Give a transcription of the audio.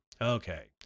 Okay